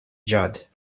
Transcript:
judd